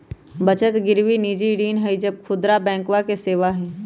बचत गिरवी निजी ऋण ई सब खुदरा बैंकवा के सेवा हई